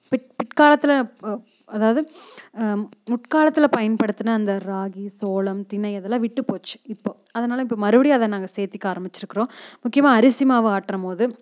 bit பிட்காலத்தில் அதாவது முட்காலத்தில் பயன்படுத்தின அந்த ராகி சோளம் தினை அதெல்லாம் விட்டு போச்சு இப்போது அதனால் இப்போ மறுபடியும் அதை நாங்கள் சேர்த்திக்க ஆரமிச்சிருக்கிறோம் முக்கியமாக அரிசி மாவு ஆட்டுறம் போது